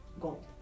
Gold